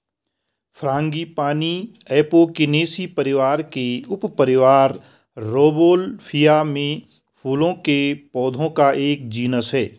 frangipani Apocynaceae परिवार के उपपरिवार रौवोल्फिया में फूलों के पौधों का एक जीनस है